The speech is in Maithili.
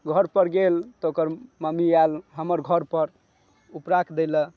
घरपर गेल तऽ ओकर मम्मी आयल हमर घरपर उपराग दै लए